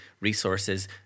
resources